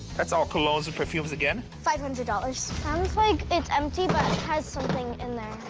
that's all colognes and perfumes again. five hundred dollars. it sounds like it's empty, but it has something in there.